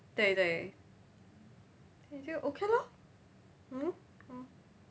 对对 okay lor mmhmm mm